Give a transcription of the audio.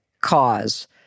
cause